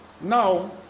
Now